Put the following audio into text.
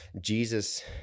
Jesus